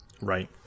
right